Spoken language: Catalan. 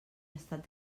estat